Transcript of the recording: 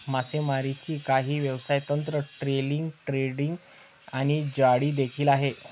मासेमारीची काही व्यवसाय तंत्र, ट्रोलिंग, ड्रॅगिंग आणि जाळी देखील आहे